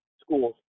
schools